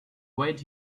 wait